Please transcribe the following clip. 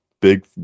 Big